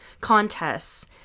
contests